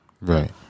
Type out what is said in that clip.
Right